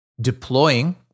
deploying